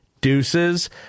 Deuces